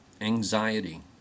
anxiety